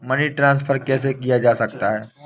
Money transfer कैसे किया जा सकता है?